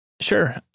Sure